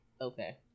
Okay